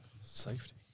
Safety